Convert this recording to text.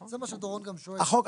זה מה שדורון גם שואל --- החוק,